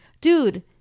dude